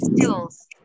tools